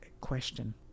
question